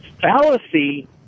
fallacy